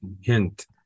Hint